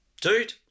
Dude